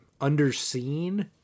underseen